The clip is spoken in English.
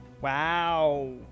Wow